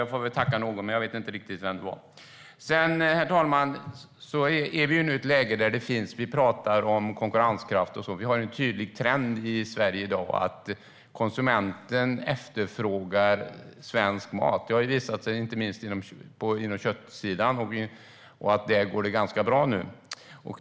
Jag får tacka någon, men jag vet inte riktigt vem det var som sa det. Herr talman! Vi pratar om konkurrenskraft och så, och vi har en tydlig trend i Sverige i dag att konsumenten efterfrågar svensk mat. Det har visat sig inte minst på köttsidan. Där går det ganska bra nu.